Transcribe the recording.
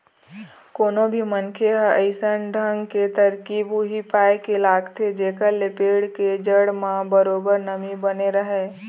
कोनो भी मनखे ह अइसन ढंग के तरकीब उही पाय के लगाथे जेखर ले पेड़ के जड़ म बरोबर नमी बने रहय